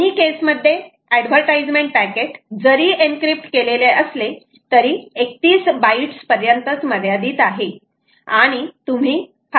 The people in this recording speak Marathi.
दोन्ही केस मध्ये एडवर्टाइजमेंट पॅकेट जरी एनक्रिप्ट केलेले असले तरी 31 बाईट्स पर्यंत मर्यादित आहे आणि तुम्ही 5